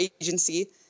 agency